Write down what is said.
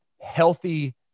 healthy